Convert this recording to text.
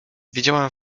widziałam